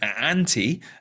anti